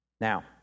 Now